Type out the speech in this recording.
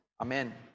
Amen